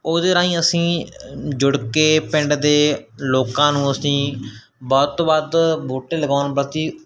ਉਹਦੇ ਰਾਹੀਂ ਅਸੀਂ ਜੁੜ ਕੇ ਪਿੰਡ ਦੇ ਲੋਕਾਂ ਨੂੰ ਅਸੀਂ ਵੱਧ ਤੋਂ ਵੱਧ ਬੂਟੇ ਲਗਾਉਣ ਪ੍ਰਤੀ